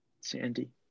Sandy